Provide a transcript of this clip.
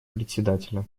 председателя